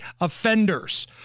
offenders